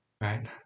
right